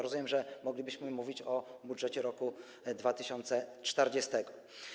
Rozumiem, że moglibyśmy mówić o budżecie roku 2040.